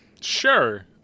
Sure